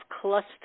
cluster